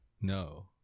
No